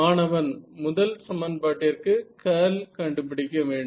மாணவன் முதல் சமன்பாட்டிற்கு கர்ல் கண்டுபிடிக்க வேண்டும்